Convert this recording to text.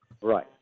Right